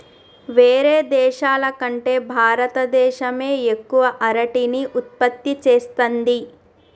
వేరే దేశాల కంటే భారత దేశమే ఎక్కువ అరటిని ఉత్పత్తి చేస్తంది